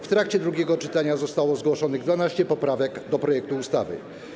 W trakcie drugiego czytania zostało zgłoszonych 12 poprawek do projektu ustawy.